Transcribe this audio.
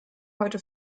heute